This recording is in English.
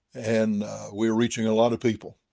and we are reaching a lot of people.